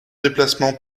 déplacement